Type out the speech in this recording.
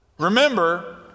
Remember